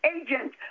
agent